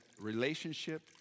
relationship